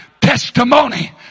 testimony